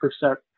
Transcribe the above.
percent